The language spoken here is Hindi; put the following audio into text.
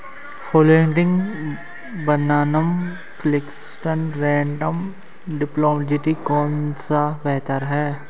फ्लोटिंग बनाम फिक्स्ड रेट टर्म डिपॉजिट कौन सा बेहतर है?